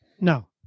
No